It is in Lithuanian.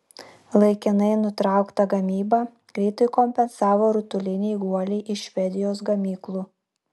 laikinai nutrauktą gamybą greitai kompensavo rutuliniai guoliai iš švedijos gamyklų